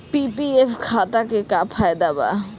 PPF खाता के का फायदा बा?